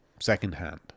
secondhand